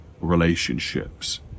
relationships